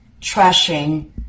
trashing